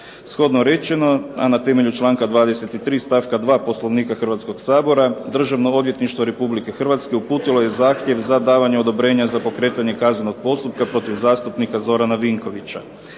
Shodno rečenom, a na temelju članka 23. stavka 2. Poslovnika Hrvatskoga sabora Državno odvjetništvo Republike Hrvatske uputilo je zahtjev za davanje odobrenja za pokretanje kaznenog postupka proitv zastupnika Zorana Vinkovića.